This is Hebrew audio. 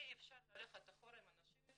אי אפשר ללכת אחורה עם אנשים,